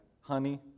Honey